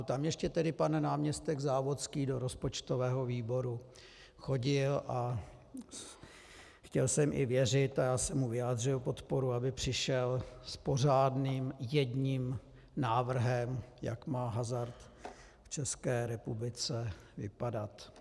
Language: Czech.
Tam ještě tedy pan náměstek Závodský do rozpočtového výboru chodil a chtěl jsem i věřit, a já jsem mu vyjádřil podporu, aby přišel s pořádným, jedním návrhem, jak má hazard v České republice vypadat.